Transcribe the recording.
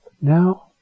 Now